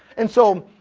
and so,